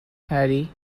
harry